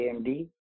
AMD